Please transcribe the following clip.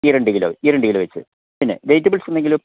ഈരണ്ട് kilo ഈരണ്ട് kilo വച്ചു പിന്നെ വെജിറ്റബിൾസ് എന്തെങ്കിലും